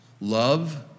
love